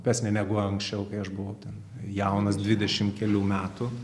opesnė negu anksčiau kai aš buvau ten jaunas dvidešim kelių metų